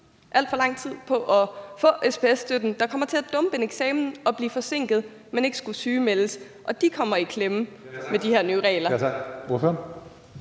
alt for lang tid på at få SPS-støtten, kommer til at dumpe en eksamen og blive forsinket, men ikke skulle sygemeldes, og de kommer i klemme med de her nye regler.